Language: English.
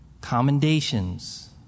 commendations